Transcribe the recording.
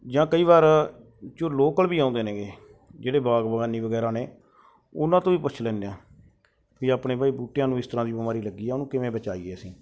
ਜਾਂ ਕਈ ਵਾਰ ਜੋ ਲੋਕਲ ਵੀ ਆਉਂਦੇ ਨੇਗੇ ਜਿਹੜੇ ਬਾਗਵਾਨੀ ਵਗੈਰਾ ਨੇ ਉਹਨਾਂ ਤੋਂ ਹੀ ਪੁੱਛ ਲੈਂਦੇ ਹਾਂ ਵੀ ਆਪਣੇ ਭਾਈ ਬੂਟਿਆਂ ਨੂੰ ਇਸ ਤਰ੍ਹਾਂ ਦੀ ਬਿਮਾਰੀ ਲੱਗੀ ਆ ਉਹਨੂੰ ਕਿਵੇਂ ਬਚਾਈਏ ਅਸੀਂ